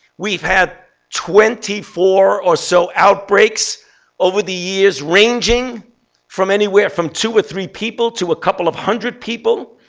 we've had twenty four or so outbreaks over the years, ranging from anywhere from two or three people to a couple of hundred people,